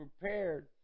prepared